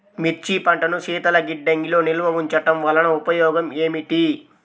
మిర్చి పంటను శీతల గిడ్డంగిలో నిల్వ ఉంచటం వలన ఉపయోగం ఏమిటి?